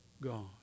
God